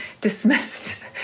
dismissed